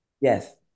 Yes